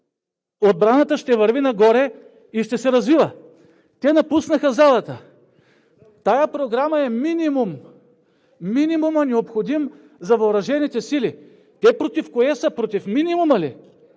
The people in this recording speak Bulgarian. отбраната ще върви нагоре и ще се развива. Те напуснаха залата. Тази програма е минимумът, необходим за въоръжените сили. Те против кое са? Против минимума ли?